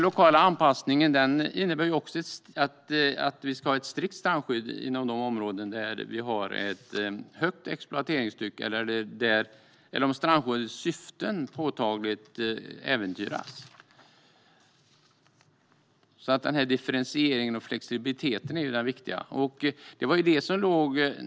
Lokal anpassning innebär att vi ska ha ett strikt strandskydd inom de områden där vi har ett högt exploateringstryck eller om strandskyddets syften påtagligt äventyras. Det är differentieringen och flexibiliteten som är det viktiga.